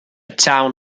town